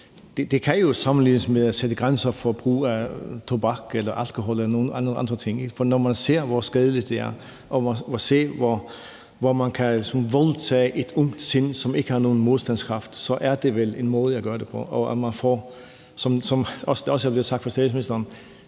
kan jo sammenlignes med at sætte grænser for brugen af tobak, alkohol eller nogle andre ting. For når man ser på, hvor skadeligt det er, og hvordan det sådan kan voldtage et ungt sind, som ikke har nogen modstandskraft, så er det vel en måde at gøre det på, og at man, som det også er blevet sagt af statsministeren,